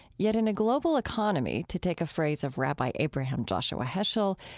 yet in a global economy, to take a phrase of rabbi abraham joshua heschel,